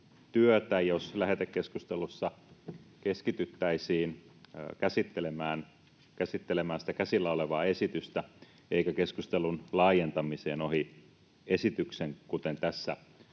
jos lähetekeskustelussa keskityttäisiin käsittelemään sitä käsillä olevaa esitystä eikä keskustelun laajentamiseen ohi esityksen, kuten tässä